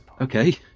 okay